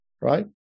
Right